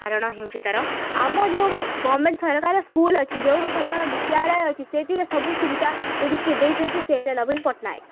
କାରଣ ହେଉଛି ତାର ଆମ ଯେଉଁ ବି ଗଭର୍ଣ୍ଣମେଣ୍ଟ ସରକାର ସ୍କୁଲ୍ ଅଛି ଯେଉଁ ବି ସରକାର ବିଦ୍ୟାଳୟ ଅଛି ସେଠାରେ ସବୁ ସୁବିଧା ଯଦି କିଏ ଦେଇଛନ୍ତି ସେ ହେଲେ ନବୀନ ପଟ୍ଟନାୟକ